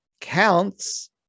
counts